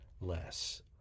less